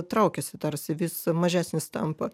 traukiasi tarsi vis mažesnės tampa